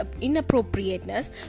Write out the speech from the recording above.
inappropriateness